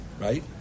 right